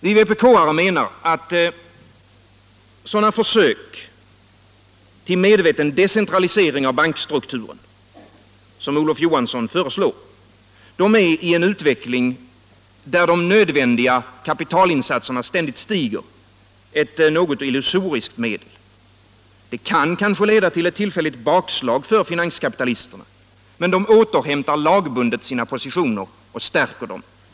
Vi vpk-are menar att sådana försök till medveten decentralisering av bankstrukturen som Olof Johansson föreslår är i en utveckling, där de nödvändiga kapitalinsatserna ständigt stiger, ett något illusoriskt medel. Detta kan leda till ett tillfälligt bakslag för finanskapitalisterna, men de återhämtar lagbundet sina positioner och stärker dem.